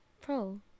Pro